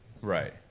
Right